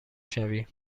شوی